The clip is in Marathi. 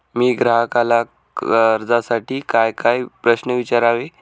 मी ग्राहकाला कर्जासाठी कायकाय प्रश्न विचारावे?